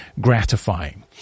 gratifying